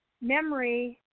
memory